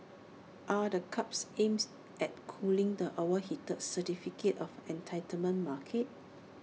are the curbs aims at cooling the overheated certificate of entitlement market